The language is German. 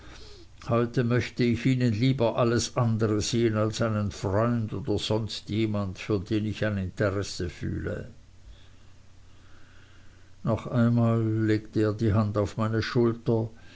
heute möchte ich in ihnen lieber alles andere sehen als einen freund oder sonst jemand für den ich ein interesse fühle noch einmal legte er die hand auf meine schulter